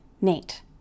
Nate